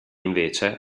invece